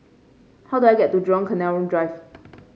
how do I get to Jurong Canal Drive